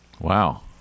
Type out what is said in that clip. Wow